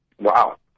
Wow